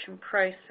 process